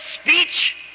speech